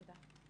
תודה.